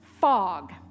fog